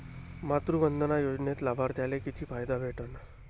मातृवंदना योजनेत लाभार्थ्याले किती फायदा भेटन?